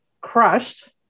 crushed